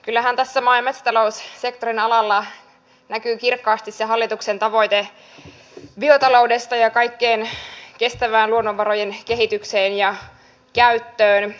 kyllähän tässä maa ja metsätaloussektorin alalla näkyy kirkkaasti se hallituksen tavoite biotaloudesta ja kaikesta kestävästä luonnonvarojen kehityksestä ja käytöstä